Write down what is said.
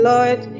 Lord